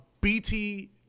BT